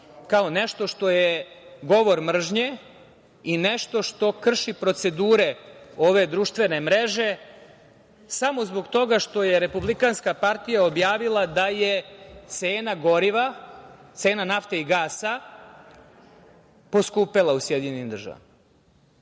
kao nešto što je govor mržnje i nešto što krši procedure ove društvene mreže, samo zbog toga što je Republikanska partija objavila da je cena goriva, cena nafte i gasa poskupela u SAD.To vam